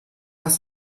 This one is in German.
was